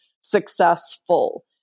successful